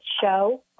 show